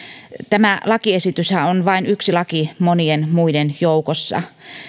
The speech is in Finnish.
tämä lakiesityshän on vain yksi monien muiden joukossa